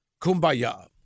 Kumbaya